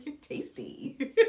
Tasty